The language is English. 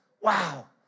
Wow